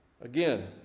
Again